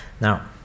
Now